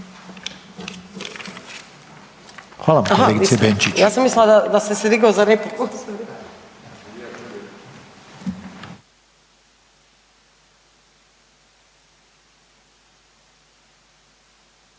Hvala vam kolegice Benčić.